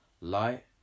Light